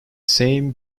same